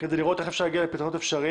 כדי לראות איך אפשר להגיע לפתרונות אפשריים